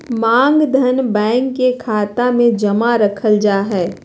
मांग धन, बैंक के खाता मे जमा रखल जा हय